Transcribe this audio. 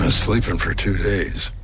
ah sleeping for two days.